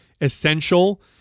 essential